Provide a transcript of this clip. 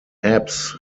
apps